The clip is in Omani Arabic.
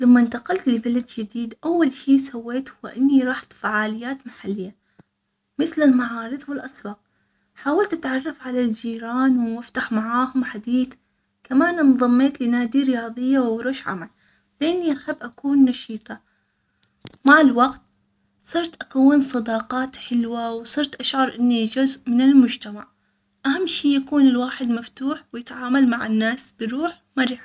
لما انتقلت لبلد جديد اول شي سويت هو اني رحت فعاليات محلية مثل المعارض والاسواق حاولت اتعرف على الجيران وافتح معاهم حديت كمان انضميت لنادي رياضية وورش عمل لاني احب اكون نشيطة مع الوقت صرت اكون صداقات حلوة وصرت اشعر اني جزء من المجتمع اهم شي يكون الواحد مفتوح ويتعامل مع الناس بروح مرح.